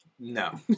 No